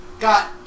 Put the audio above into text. got